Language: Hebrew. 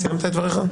סיימת את דבריך?